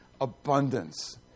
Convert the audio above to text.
abundance